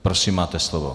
Prosím, máte slovo.